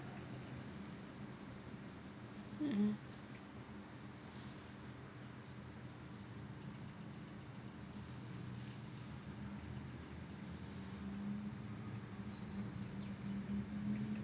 mm